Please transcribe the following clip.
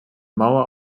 mauer